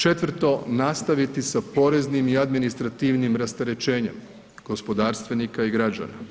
Četvrto, nastaviti sa poreznim i administrativnim rasterećenjem gospodarstvenika i građana.